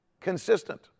consistent